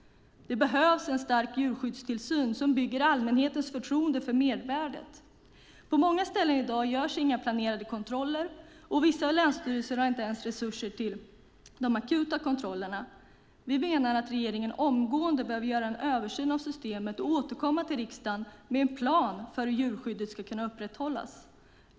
Det behövs en stark djurskyddstillsyn som bygger allmänhetens förtroende för mervärdet. På många ställen görs i dag inga planerade kontroller. Vissa länsstyrelser har inte ens resurser till de akuta kontrollerna. Vi menar att regeringen omgående behöver göra en översyn av systemet och återkomma till riksdagen med en plan för hur djurskyddet ska kunna upprätthållas.